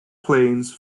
planes